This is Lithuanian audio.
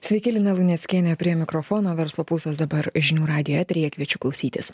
sveiki lina luneckienė prie mikrofono verslo pulsas dabar žinių radijo eteryje kviečiu klausytis